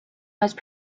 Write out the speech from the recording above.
most